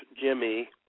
Jimmy